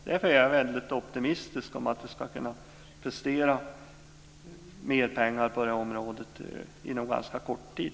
Därför är jag väldigt optimistisk om att vi ska kunna prestera mer pengar till det här området inom en ganska kort tid.